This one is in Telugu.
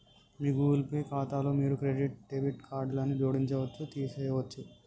మీ గూగుల్ పే ఖాతాలో మీరు మీ క్రెడిట్, డెబిట్ కార్డులను జోడించవచ్చు, తీసివేయచ్చు